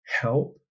help